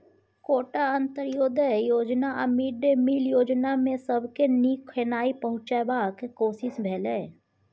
quota, Antyodaya योजना आ mid day meal योजनामे सबके नीक खेनाइ पहुँचेबाक कोशिश भेलै